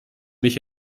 mich